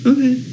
Okay